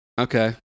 Okay